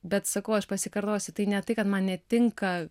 bet sakau aš pasikartosiu tai ne tai kad man netinka